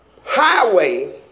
highway